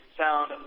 sound